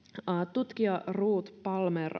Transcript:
tutkija ruth palmer